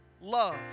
love